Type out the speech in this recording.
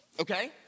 Okay